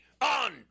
on